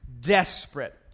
desperate